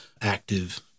active